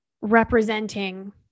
representing